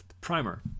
Primer